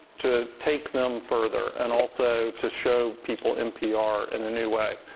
to take them further and also to show people npr in a new way.